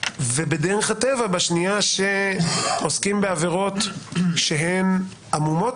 ובדרך הטבע בשנייה שעוסקים בעבירות שהן עמומות